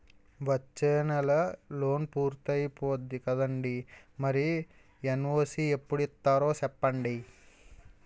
వచ్చేనెలే లోన్ పూర్తయిపోద్ది కదండీ మరి ఎన్.ఓ.సి ఎప్పుడు ఇత్తారో సెప్పండి